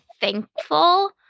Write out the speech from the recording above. thankful